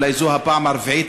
אולי זו הפעם הרביעית,